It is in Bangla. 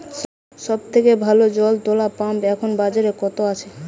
সব থেকে ভালো জল তোলা পাম্প এখন বাজারে কত আছে?